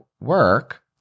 work